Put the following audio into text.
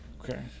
Okay